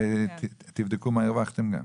תבדקו מה הרווחתם גם.